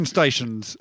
Stations